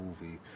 movie